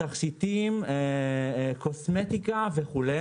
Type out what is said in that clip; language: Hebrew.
תכשיטים, קוסמטיקה וכו'.